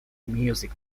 music